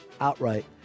outright